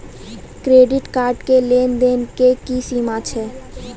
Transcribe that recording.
Credit card के लेन देन के की सीमा छै?